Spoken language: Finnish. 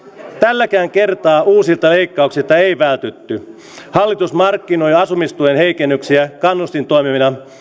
tälläkään kertaa uusilta leikkauksilta ei vältytty hallitus markkinoi asumistuen heikennyksiä kannustintoimena